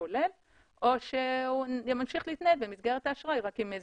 כולל או שהוא ממשיך להתנהל במסגרת האשראי אבל עם מזומן.